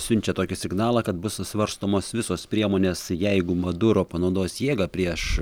siunčia tokį signalą kad bus svarstomos visos priemonės jeigu maduro panaudos jėgą prieš